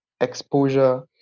exposure